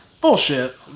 Bullshit